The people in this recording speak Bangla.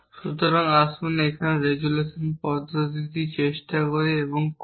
সুতরাং আসুন এখানে রেজোলিউশন পদ্ধতিটি চেষ্টা করি এবং করি